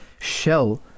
Shell